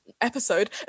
episode